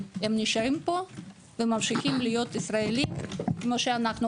נשארים פה וממשיכים להיות ישראליים כמונו.